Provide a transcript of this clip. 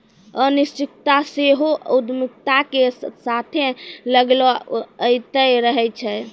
अनिश्चितता सेहो उद्यमिता के साथे लागले अयतें रहै छै